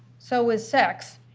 so was sex.